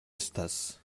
estas